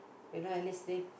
you know at least they